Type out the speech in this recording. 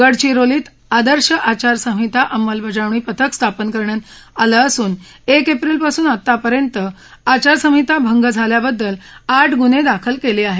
गडचिरोलीत आदर्श आचारसंहिता अंमलबजावणी पथक स्थापन करण्यात आली असून एक एप्रिल पासून आतापर्यंत आचारसंहिता भंग झाल्याबद्दल आठ गून्हे दाखल केले आहेत